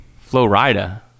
Florida